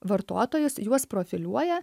vartotojus juos profiliuoja